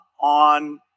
on